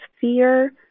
fear